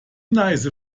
neiße